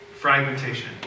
fragmentation